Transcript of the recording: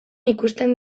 ikusten